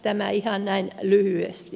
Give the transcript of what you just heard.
tämä ihan näin lyhyesti